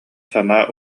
санаа